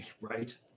Right